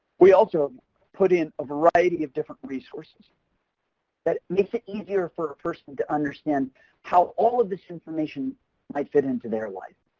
we also put in a variety of different resources that makes it easier for a person to understand how all of this information might fit into their life.